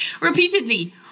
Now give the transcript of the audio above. Repeatedly